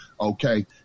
Okay